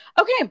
Okay